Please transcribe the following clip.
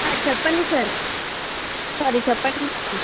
చెప్పండి sir sorry చెప్పండి madam